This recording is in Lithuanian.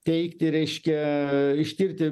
teikti reiškia ištirti